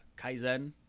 Kaizen